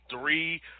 three